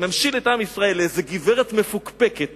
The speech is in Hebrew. לאיזה גברת מפוקפקת